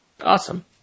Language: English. Awesome